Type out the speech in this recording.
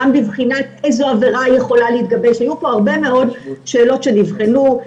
גם בבחינת איזו עבירה יכולה להתגבש היו פה הרבה מאוד שאלות שנבחנו.